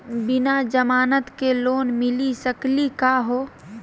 बिना जमानत के लोन मिली सकली का हो?